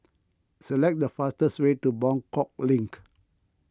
select the fastest way to Buangkok Link